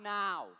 now